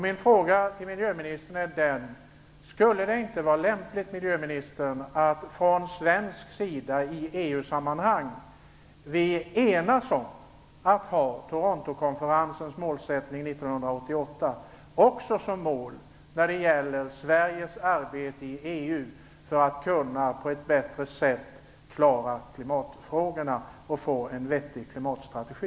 Min fråga till miljöministern är följande: Skulle det inte vara lämpligt att vi från svensk sida i EU sammanhang enas om att ha Torontokonferensens mål från 1988 som mål också för Sveriges arbete i EU, så att vi på det sättet bättre kan klara av klimatfrågorna och få till stånd en vettig klimatstrategi?